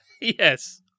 Yes